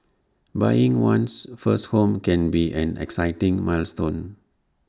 buying one's first home can be an exciting milestone